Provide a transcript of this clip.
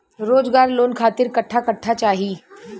रोजगार लोन खातिर कट्ठा कट्ठा चाहीं?